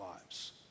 lives